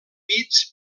bits